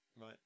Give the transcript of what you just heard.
right